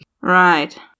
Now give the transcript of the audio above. Right